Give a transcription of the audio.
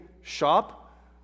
shop